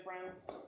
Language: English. friends